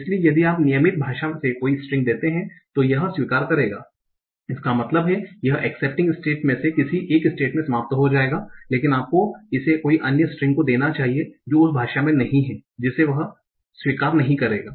इसलिए यदि आप नियमित भाषा से कोई स्ट्रिंग देते हैं तो यह स्वीकार करेगा इसका मतलब है यह एक्सेप्टिंग स्टेटस में से किसी एक स्टेट में समाप्त हो जाएगा लेकिन आपको इसे कोई अन्य स्ट्रिंग को देना चाहिए जो उस भाषा में नहीं है जिसे यह स्वीकार नहीं करेगा